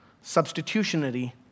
substitutionary